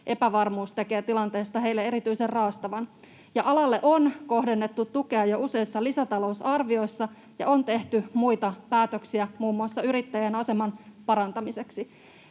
Epävarmuus tekee tilanteesta heille erityisen raastavan, ja alalle on kohdennettu tukea jo useissa lisätalousarvioissa, ja on tehty muita päätöksiä muun muassa yrittäjän aseman parantamiseksi.